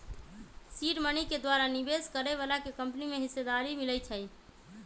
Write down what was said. seed money के द्वारा निवेश करए बलाके कंपनी में हिस्सेदारी मिलइ छइ